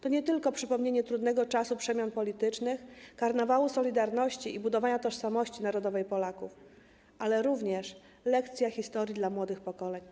To nie tylko przypomnienie trudnego czasu przemian politycznych, karnawału solidarności i budowania tożsamości narodowej Polaków, ale również lekcja historii dla młodych pokoleń.